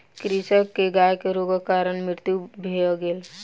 कृषक के गाय के रोगक कारण मृत्यु भ गेल